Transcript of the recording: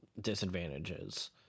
disadvantages